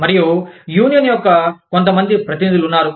మరియు యూనియన్ యొక్క కొంతమంది ప్రతినిధులు ఉన్నారు